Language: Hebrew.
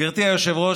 גברתי היושבת-ראש,